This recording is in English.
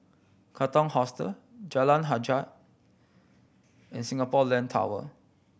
Katong Hostel Jalan Hajijah and Singapore Land Tower